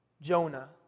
Jonah